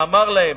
אמר להם: